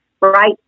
right